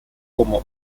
como